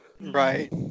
right